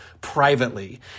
privately